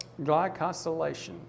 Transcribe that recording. glycosylation